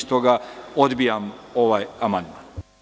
Stoga, odbijam ovaj amandman.